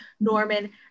Norman